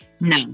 No